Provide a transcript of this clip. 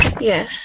Yes